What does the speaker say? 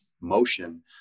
motion